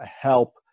help